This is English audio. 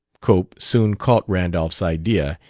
cope soon caught randolph's idea,